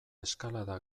eskalada